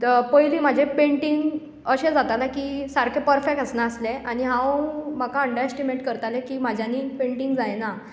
पयलीं म्हजें पँटींग अशें जातालें की सारकें परफेक्ट आसनासलें आनी हांव म्हाका अंडरएसटीमेट करतालें की म्हाज्यानी पँटींग जायना